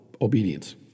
obedience